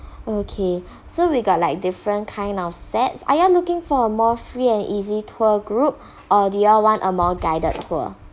okay so we got like different kind of sets are you all looking for a more free and easy tour group or do you all want a more guided tour